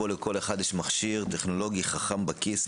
בו לכל אחד יש מכשיר טכנולוגי חכם בכיס,